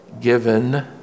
given